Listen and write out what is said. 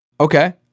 Okay